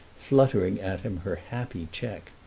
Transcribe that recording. fluttering at him her happy cheque.